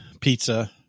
pizza